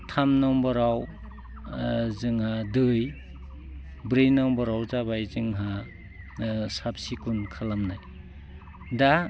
थाम नम्बराव जोंहा दै ब्रै नाम्बाराव जोंहा साब सिखोन खालामनाय दा